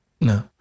No